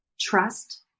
trust